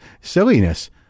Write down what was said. silliness